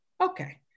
okay